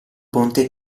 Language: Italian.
ponte